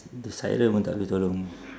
the siren pun tak boleh tolong